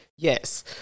Yes